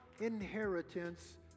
inheritance